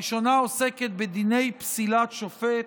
הראשונה עוסקת בדיני פסילת שופט,